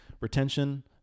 Retention